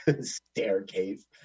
Staircase